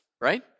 right